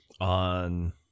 on